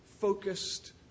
focused